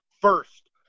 First